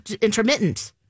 intermittent